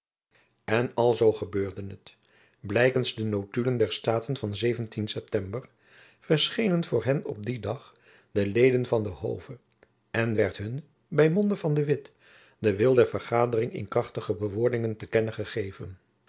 en alzoo gebeurde het blijkends de notulen der jacob van eptember verschenen voor hen op dien dag de leden van den hove en werd hun by monde van de witt de wil der vergadering in krachtige bewoordingen te kennen gegeven